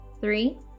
three